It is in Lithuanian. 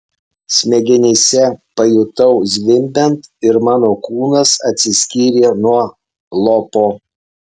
smegenyse pajutau zvimbiant ir mano kūnas atsiskyrė nuo lopo